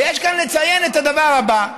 ויש גם לציין את הדבר הבא,